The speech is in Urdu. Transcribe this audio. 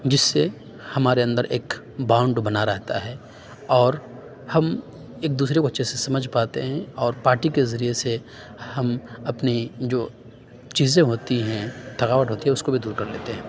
جس سے ہمارے اندر ایک باؤنڈ بنا رہتا ہے اور ہم ایک دوسرے کو اچھے سے سمجھ پاتے ہیں اور پارٹی کے ذریعے سے ہم اپنی جو چیزیں ہوتی ہیں تھکاوٹ ہوتی ہے اس کو بھی دور کر لیتے ہیں